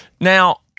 Now